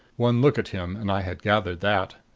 one look at him and i had gathered that.